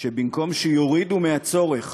שבמקום שיורידו את הצורך